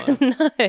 no